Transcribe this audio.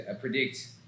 predict